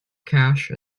cache